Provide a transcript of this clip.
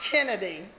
Kennedy